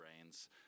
brains